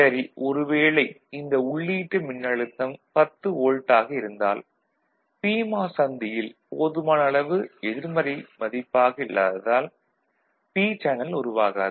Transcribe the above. சரி ஒருவேளை இந்த உள்ளீட்டு மின்னழுத்தம் 10 வோல்ட் ஆக இருந்தால் பிமாஸ் சந்தியில் போதுமான அளவு எதிர்மறை மதிப்பாக இல்லாததால் பி சேனல் உருவாகாது